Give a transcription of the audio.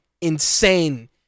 Insane